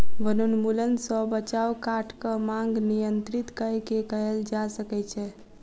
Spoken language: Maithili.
वनोन्मूलन सॅ बचाव काठक मांग नियंत्रित कय के कयल जा सकै छै